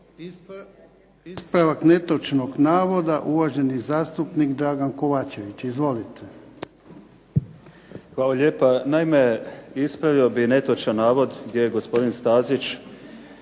Ispravak netočnog navoda, uvaženi zastupnik Dragan Kovačević. Izvolite. **Kovačević, Dragan (HDZ)** Hvala lijepa. Naime, ispravio bih netočan navod gdje je gospodin Stazić